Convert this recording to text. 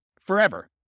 forever